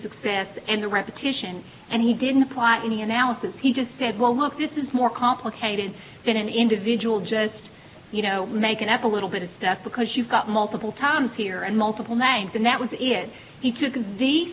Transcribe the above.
success and the repetition and he didn't apply any analysis he just said well look this is more complicated than an individual just make an apple little bit of stuff because you've got multiple times here and multiple names and that was it he took the